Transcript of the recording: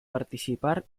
participar